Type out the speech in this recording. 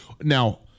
Now